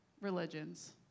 Religions